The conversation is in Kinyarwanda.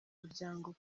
muryango